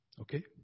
Okay